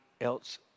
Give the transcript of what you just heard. else